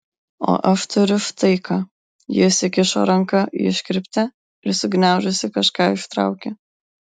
o aš turiu štai ką ji įsikišo ranką į iškirptę ir sugniaužusi kažką ištraukė